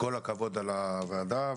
כל הכבוד על הוועדה.